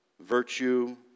virtue